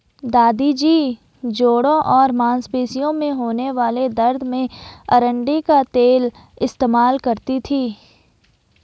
दादी जी जोड़ों और मांसपेशियों में होने वाले दर्द में अरंडी का तेल इस्तेमाल करती थीं